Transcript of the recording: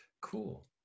Cool